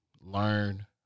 learn